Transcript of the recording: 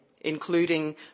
including